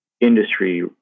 industry